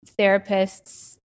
therapists